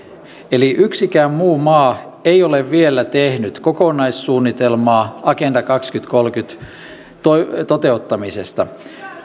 eli yksikään muu maa ei ole vielä tehnyt kokonaissuunnitelmaa agenda kaksituhattakolmekymmentän toteuttamisesta